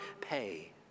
pay